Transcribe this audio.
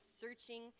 searching